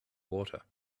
water